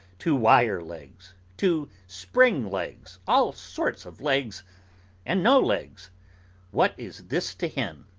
two wire legs, two spring legs all sorts of legs and no legs what is this to him?